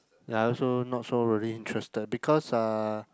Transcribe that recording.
ya I also not so really interested because uh